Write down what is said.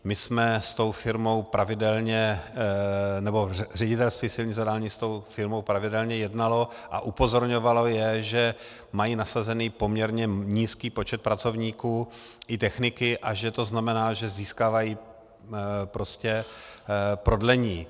My jsme s tou firmou pravidelně, nebo Ředitelství silnic a dálnic s tou firmou pravidelně jednalo a upozorňovalo je, že mají nasazený poměrně nízký počet pracovníků i techniky a že to znamená, že získávají prodlení.